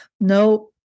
No